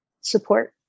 support